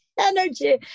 energy